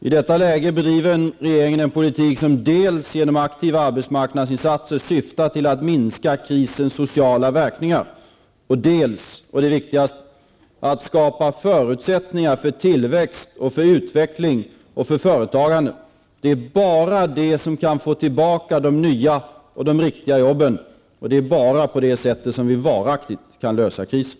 I detta läge bedriver regeringen en politik som dels genom aktiva arbetsmarknadsinsatser syftar till att minska krisens sociala verkningar, dels -- och det är viktigast -- syftar till att skapa förutsättningar för tillväxt, utveckling och företagande. Det är bara det som kan ge upphov till nya och riktiga jobb, och det är bara på det sättet som vi varaktigt kan lösa krisen.